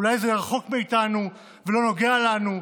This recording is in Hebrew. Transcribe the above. אולי זה רחוק מאיתנו ולא נוגע לנו,